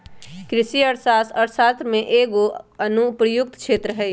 कृषि अर्थशास्त्र अर्थशास्त्र के एगो अनुप्रयुक्त क्षेत्र हइ